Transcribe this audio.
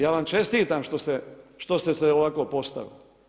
Ja vam čestitam što ste se ovako postavili.